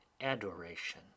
adoration